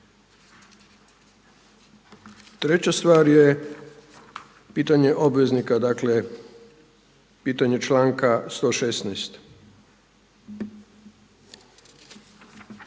Treća stvar je pitanje obveznika, dakle pitanje članka 116